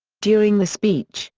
during the speech,